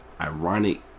ironic